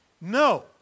No